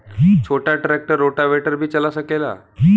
छोटा tractor rotavator भी चला सकेला?